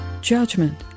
Judgment